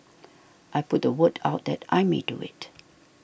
I put the word out that I may do it